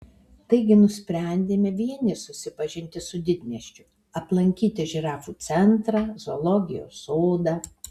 taigi nusprendėme vieni susipažinti su didmiesčiu aplankyti žirafų centrą zoologijos sodą